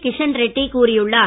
கிஷன் ரெட்டி கூறியுள்ளார்